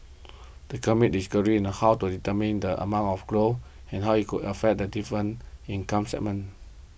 in how to determine the amount of growth and how it would affect the different income segments